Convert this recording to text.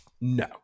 No